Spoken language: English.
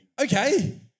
Okay